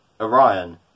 Orion